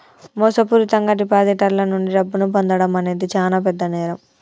మోసపూరితంగా డిపాజిటర్ల నుండి డబ్బును పొందడం అనేది చానా పెద్ద నేరం